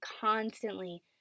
constantly